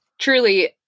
truly